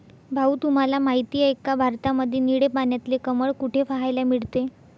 भाऊ तुम्हाला माहिती आहे का, भारतामध्ये निळे पाण्यातले कमळ कुठे पाहायला मिळते?